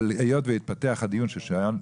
אבל היות והתפתח הדיון ששם,